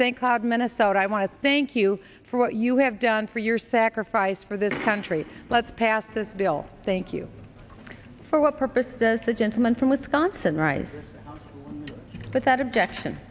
god minnesota i want to thank you for what you have done for your sacrifice for this country let's pass this bill thank you for what purpose does the gentleman from wisconsin right but that objection